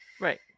Right